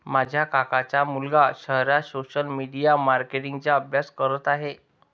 माझ्या काकांचा मुलगा शहरात सोशल मीडिया मार्केटिंग चा अभ्यास करत आहे